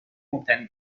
مبتنی